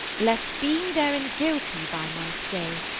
lest being therein guilty by my stay,